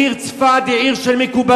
העיר צפת היא עיר של מקובלים,